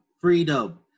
freedom